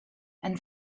and